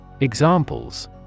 Examples